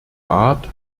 art